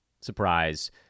Surprise